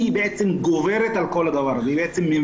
לפחות הם יקבלו מענה שיקומי מותאם.